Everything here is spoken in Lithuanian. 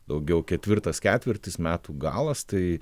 daugiau ketvirtas ketvirtis metų galas tai